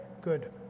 good